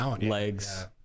legs